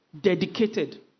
Dedicated